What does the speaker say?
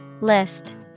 List